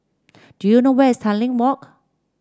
do you know where is Tanglin Walk